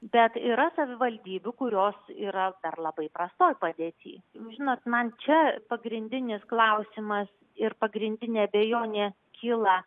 bet yra savivaldybių kurios yra dar labai prastoj padėty žinot man čia pagrindinis klausimas ir pagrindinė abejonė kyla